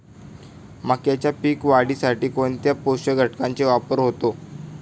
मक्याच्या पीक वाढीसाठी कोणत्या पोषक घटकांचे वापर होतो?